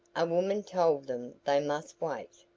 a woman told them they must wait.